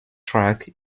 track